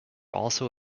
also